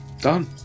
done